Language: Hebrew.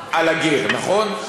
על הגֵר, נכון?